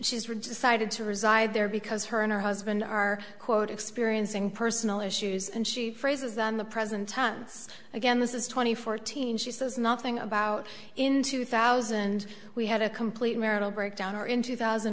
she's were just cited to reside there because her and her husband are quote experiencing personal issues and she phrases them the present tense again this is twenty fourteen she says nothing about in two thousand we had a complete marital breakdown or in two thousand